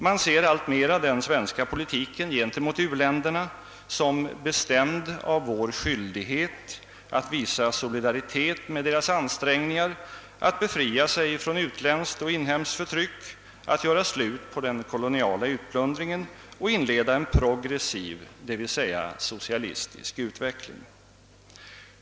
Man ser alltmera den svenska politiken gentemot u-länderna som bestämd av vår skyldighet att visa solidaritet med deras ansträngningar att befria sig från utländskt och inhemskt förtryck, att göra slut på den koloniala utplundringen och inleda en progressiv — d. v. s. socialistisk — utveckling.